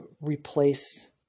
replace